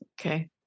Okay